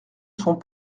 sont